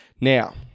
Now